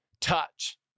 touch